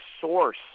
source